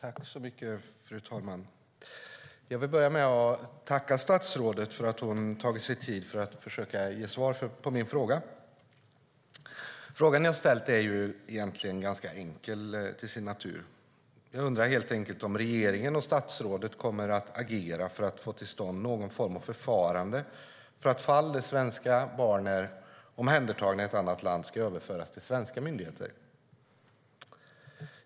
Fru talman! Jag börjar med att tacka statsrådet för att hon har tagit sig tid att försöka ge svar på min fråga. Frågan jag ställt är egentligen ganska enkel till sin natur. Jag undrar om regeringen och statsrådet kommer att agera för att få till stånd någon form av förfarande för att fall där svenska barn är omhändertagna i ett annat land ska överföras till svenska myndigheter.